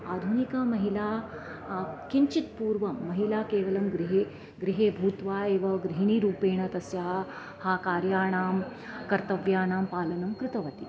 आधुनिक महिला किञ्चित् पूर्वं महिला केवलं गृहे गृहे भूत्वा एव गृहिणीरूपेण तस्याः ह कार्याणां कर्तव्यानां पालनं कृतवती